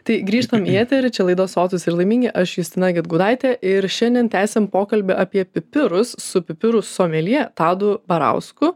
tai grįžtam į eterį čia laida sotūs ir laimingi aš justina gedgaudaitė ir šiandien tęsiam pokalbį apie pipirus su pipirų somelje tadu barausku